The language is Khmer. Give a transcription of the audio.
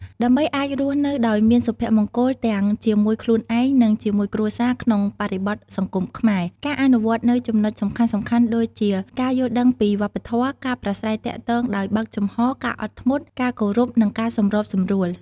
ដើម្បីអាចរស់នៅដោយមាន សុភមង្គលទាំងជាមួយខ្លួនឯង និងជាមួយគ្រួសារក្នុងបរិបទសង្គមខ្មែរ ការអនុវត្តនូវចំណុចសំខាន់ៗដូចជា ការយល់ដឹងពីវប្បធម៌ ការប្រាស្រ័យទាក់ទងដោយបើកចំហរ ការអត់ធ្មត់ ការគោរព និងការសម្របសម្រួល។